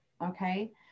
Okay